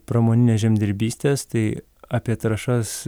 pramoninės žemdirbystės tai apie trąšas